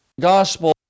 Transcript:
gospel